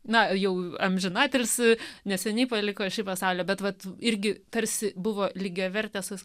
na jau amžinatilsį neseniai paliko šį pasaulį bet vat irgi tarsi buvo lygiavertė su